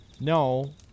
no